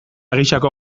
gisako